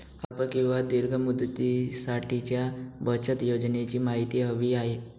अल्प किंवा दीर्घ मुदतीसाठीच्या बचत योजनेची माहिती हवी आहे